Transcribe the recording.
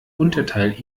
unterteil